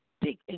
big